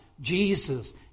Jesus